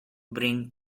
bring